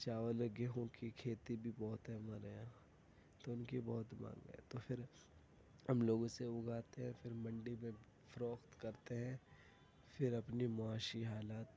چاول اور گیہوں کی کھیتی بھی بہت ہے ہمارے یہاں تو ان کی بہت مانگ ہے تو پھر ہم لوگ اسے اگاتے ہیں پھر منڈی میں فروخت کرتے ہیں پھر اپنی معاشی حالات